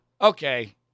okay